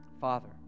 Father